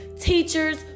teachers